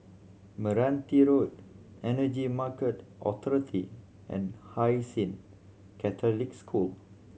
Meranti Road Energy Market Authority and Hai Sing Catholic School